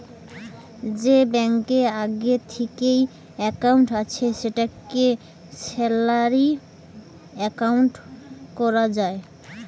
যে ব্যাংকে আগে থিকেই একাউন্ট আছে সেটাকে স্যালারি একাউন্ট কোরা যায়